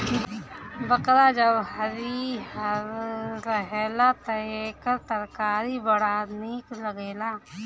बकला जब हरिहर रहेला तअ एकर तरकारी बड़ा निक लागेला